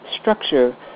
structure